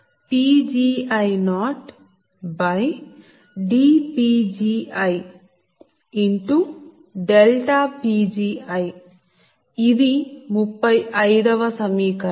Pgi ఇది 35 వ సమీకరణం